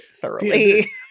thoroughly